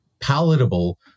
palatable